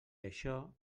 això